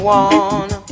one